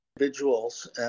individuals